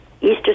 easter